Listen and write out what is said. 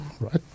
right